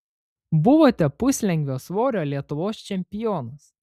buvote puslengvio svorio lietuvos čempionas